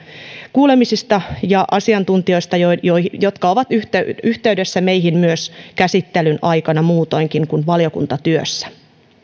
kuulemisista ja asiantuntijoilta jotka ovat yhteydessä yhteydessä meihin myös käsittelyn aikana muutoinkin kuin valiokuntatyössä